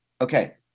Okay